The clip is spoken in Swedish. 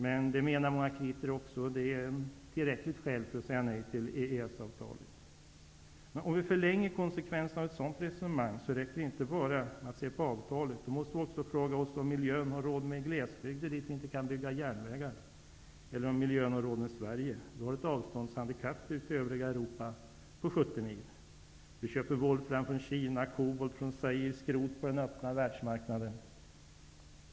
Många kritiker menar att det är ett tillräckligt skäl för att säga nej till EES-avtalet. Om vi förlänger konsekvenserna av ett sådant resonemang räcker det inte att bara se på avtalet, utan vi måste också fråga oss om vi utifrån miljösynpunkt har råd med glesbygder, eftersom vi inte har råd att bygga järnvägar dit -- eller om miljön har råd med Vi har ett avståndshandikapp till övriga Europa på ca 70 mil. Vi köper exempelvis volfram från Kina, kobolt från Zaire och skrot på den öppna världsmarknaden.